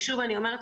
שוב אני אומרת,